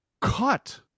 cut